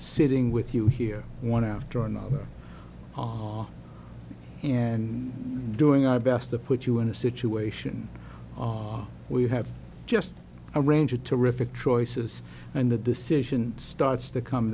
sitting with you here one after another all and doing our best to put you in a situation we have just a range of terrific choices and the decision starts to come